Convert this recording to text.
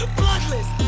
bloodless